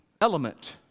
element